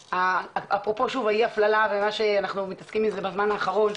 אפרופו שוב אי-ההפללה והדברים שאנחנו מתעסקים איתם בזמן האחרון,